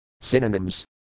Synonyms